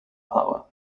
power